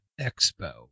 Expo